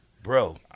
Bro